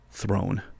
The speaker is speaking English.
throne